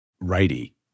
righty